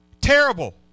terrible